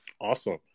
Awesome